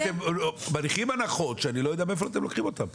אתם מניחים הנחות שאני לא יודע מאיפה אתם לוקחים אותם.